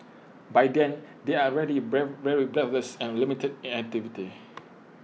by then they are ready breath very breathless and limited in activity